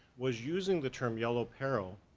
was using the term yellow peril,